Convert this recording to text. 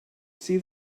see